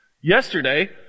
Yesterday